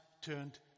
turned